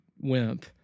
wimp